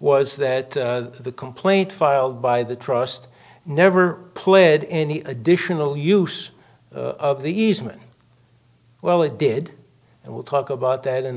was that the complaint filed by the trust never pled any additional use of the easement well it did and we'll talk about that in the